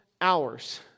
hours